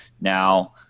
Now